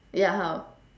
ya how